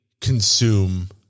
consume